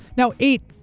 now eight,